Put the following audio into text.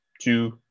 two